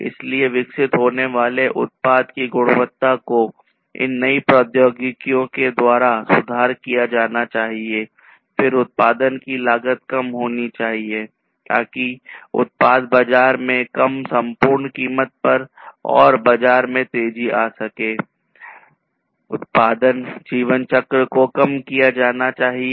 इसलिए विकसित होने वाले उत्पाद की गुणवत्ता को इन नई प्रौद्योगिकियों के द्वारा सुधार किया जाना चाहिए फिर उत्पादन की लागत कम होनी चाहिए ताकि उत्पाद बाजार में कम संपूर्ण कीमत पर और बाजार में तेजी से आ सके उत्पादन जीवनचक्र को कम किया जाना चाहिए